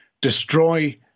destroy